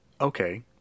okay